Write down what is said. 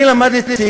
אני למדתי,